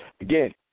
again